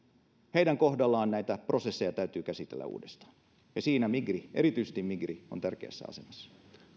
heidän kohdallaan näitä prosesseja täytyy käsitellä uudestaan ja siinä erityisesti migri on tärkeässä asemassa